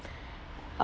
err